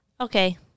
Okay